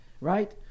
Right